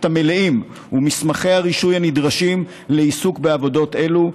המלאים ואת מסמכי הרישוי הנדרשים לעיסוק בעבודות אלו,